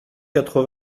quatre